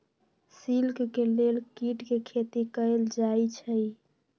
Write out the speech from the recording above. silk के लेल कीट के खेती कएल जाई छई